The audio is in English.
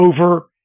over